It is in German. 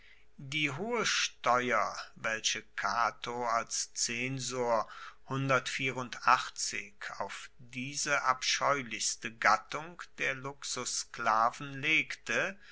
die hohe steuer welche cato als zensor auf diese abscheulichste gattung der luxussklaven legte